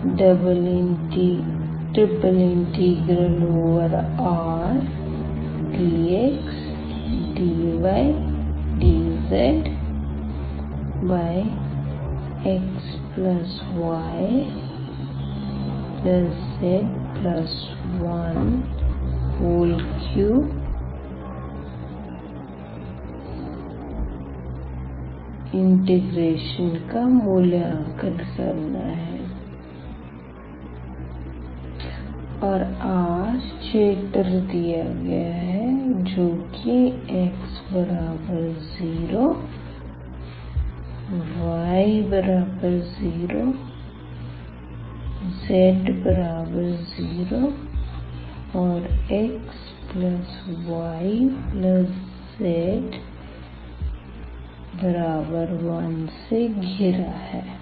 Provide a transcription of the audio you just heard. ∭Rdxdydzxyz13 integration का मूल्यांकन करना है और R क्षेत्र दिया गया है जो की x0y0z0xyz1 से घिरा है